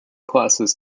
classes